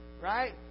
Right